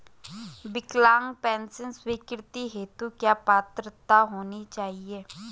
विकलांग पेंशन स्वीकृति हेतु क्या पात्रता होनी चाहिये?